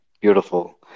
Beautiful